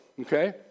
Okay